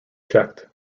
checked